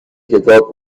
کتاب